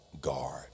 guard